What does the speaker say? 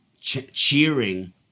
cheering